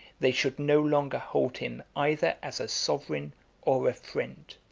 they should no longer hold him either as a sovereign or a friend.